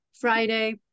Friday